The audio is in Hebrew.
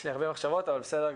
יש לי הרבה מחשבות, אבל בסדר.